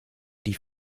die